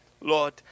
Lord